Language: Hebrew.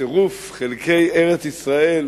מצירוף חלקי ארץ-ישראל